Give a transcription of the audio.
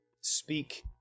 speak